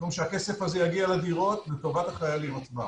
במקום שהכסף הזה יגיע לדירות לטובת החיילים עצמם.